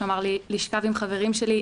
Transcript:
שהוא אמר לי לשכב עם חברים שלי.